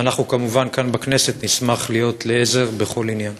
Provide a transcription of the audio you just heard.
ואנחנו כמובן כאן בכנסת נשמח להיות לעזר בכל עניין.